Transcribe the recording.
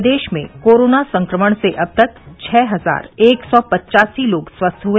प्रदेश में कोरोना संक्रमण से अब तक छः हजार एक सौ पचासी लोग स्वस्थ हुए